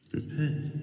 Repent